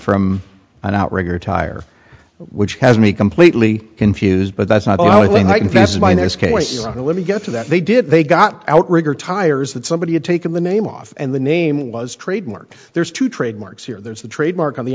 from an outrigger tire which has me completely confused but that's not only when i confess my now let me get to that they did they got outrigger tires that somebody had taken the name off and the name was trademark there's two trademarks here there's the trademark on the